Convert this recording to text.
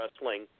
wrestling